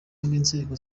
inzego